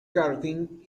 karting